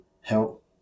help